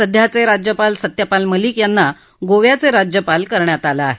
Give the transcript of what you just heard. सध्याचे राज्यपाल सत्यपाल मलिक यांना गोव्याचे राज्यपाल करण्यात आलं आहे